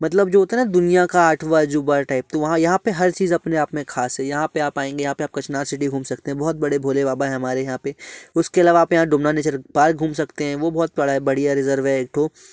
मतलब जो होता है दुनिया का आठवां अजूबा टाइप तो वहाँ यहाँ पे हर चीज अपने आप में खास है यहाँ पे आप आएँगे यहाँ पे आप कच्छनार सिटी घूम सकते हैं बहुत बड़े भोले बाबा हमारे यहाँ पे उसके अलावा आप यहाँ डूबना नेचर पार्क घूम सकते हैं वो बहुत बड़ा बढ़िया रिजर्व है एकठो